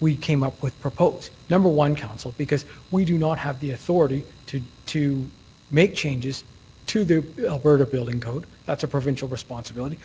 we came up with proposed. number one, council, because we do not have the authority to to make changes to the alberta building code. that's a provincial responsibility.